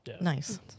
Nice